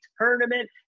tournament